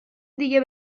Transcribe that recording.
دیگه